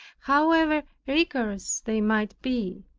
however rigorous they might be.